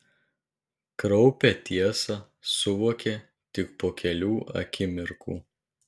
kraupią tiesą suvokė tik po kelių akimirkų